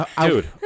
Dude